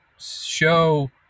show